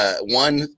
one